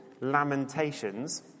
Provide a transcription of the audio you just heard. Lamentations